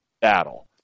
battle